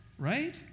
Right